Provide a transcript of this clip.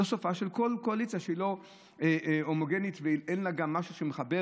זה סופה של כל קואליציה שהיא לא הומוגנית ושאין לה גם משהו אמיתי שמחבר,